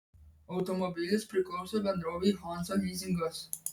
automobilis priklauso bendrovei hanza lizingas